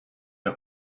the